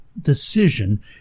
decision